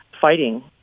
fighting